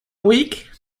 week